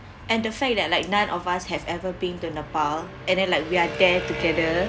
and the fact that like none of us have ever been to nepal and then like we are there together